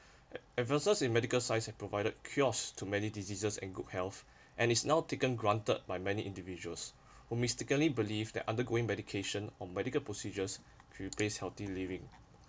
advances in medical science have provided cures to many diseases and good health and is now taken granted by many individuals who mistakenly believe that undergoing medication or medical procedures replace healthy living